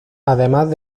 además